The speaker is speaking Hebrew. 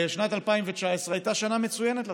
שנת 2019 הייתה שנה מצוינת לתיירות.